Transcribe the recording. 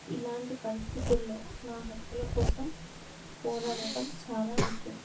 ఇలాంటి పరిస్థితుల్లో నా హక్కుల కోసం పోరాడటం చాలా ముఖ్యం